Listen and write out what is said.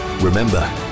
Remember